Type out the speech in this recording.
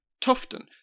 Tufton